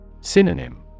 Synonym